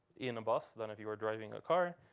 in a bus than if you are driving a car.